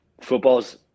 footballs